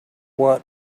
what